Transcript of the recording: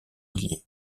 milliers